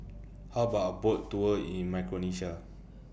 How about A Boat Tour in Micronesia